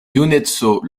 juneco